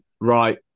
Right